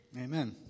Amen